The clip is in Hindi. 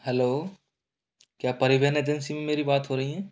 हेलो क्या परिवहन एजेंसी में मेरी बात हो रही है